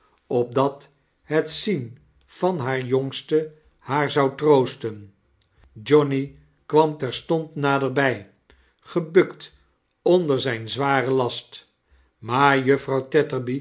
opdat het zien van haar jongste haar zou tfoosten johnny kwam terstond naderbij gebukt onder zijn zwaren laat maar juffrouw